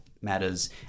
matters